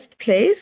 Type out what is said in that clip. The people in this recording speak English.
place